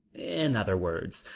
in other words,